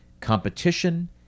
competition